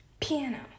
Piano